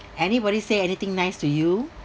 anybody say anything nice to you